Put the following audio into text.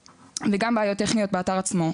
וגם, בעיות טכניות באתר עצמו.